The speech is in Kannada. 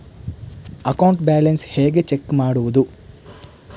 ಅಕೌಂಟ್ ಬ್ಯಾಲೆನ್ಸ್ ಹೇಗೆ ಚೆಕ್ ಮಾಡುವುದು?